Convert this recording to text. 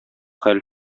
хәл